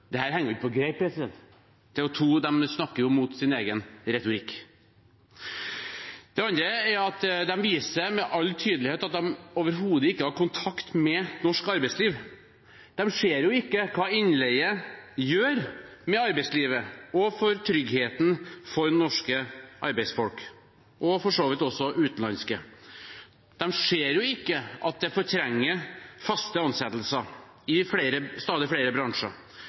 henger ikke på greip, de snakker jo mot sin egen retorikk. Det andre er at de viser med all tydelighet at de overhodet ikke har kontakt med norsk arbeidsliv. De ser ikke hva innleie gjør med arbeidslivet og tryggheten for norske arbeidsfolk – og for så vidt også for utenlandske. De ser ikke at det fortrenger faste ansettelser i stadig flere bransjer.